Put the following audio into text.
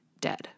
dead